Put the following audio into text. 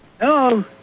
Hello